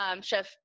Chef